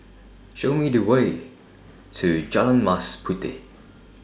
Show Me The Way to Jalan Mas Puteh